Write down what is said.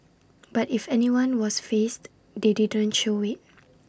but if anyone was fazed they didn't show IT